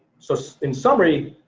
so so in summary,